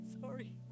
Sorry